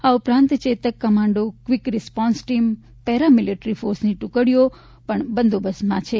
આ ઉપરાંત Chetak commando quick response team paramilitary ફોર્સની ટૂકડીઓ બંદોબસ્તમાં છે